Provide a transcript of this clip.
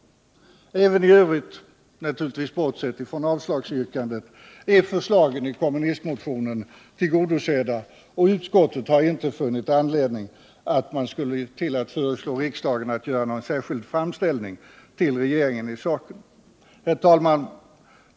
Även i övrigt — naturligtvis bortsett från avslagsyrkandet — är förslagen i kommunistmotionen tillgodosedda, och utskottet har inte funnit anledning att föreslå riksdagen att göra någon särskild framställning till regeringen om saken. Herr talman!